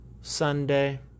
Sunday